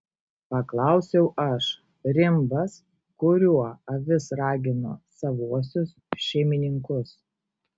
paklausiau aš rimbas kuriuo avis ragino savuosius šeimininkus